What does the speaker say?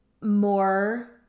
more